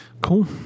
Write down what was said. Cool